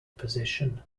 position